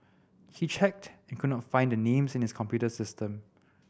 he checked and could not find the names in his computer system